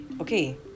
okay